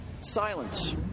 Silence